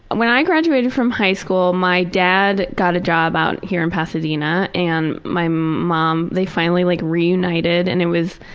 when i graduated from high school, my dad got a job out here in pasadena and my mom, they finally like reunited and it was,